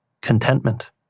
contentment